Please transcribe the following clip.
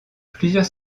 plusieurs